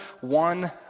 one